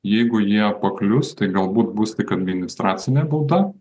jeigu jie paklius tai galbūt bus tik administracinė bauda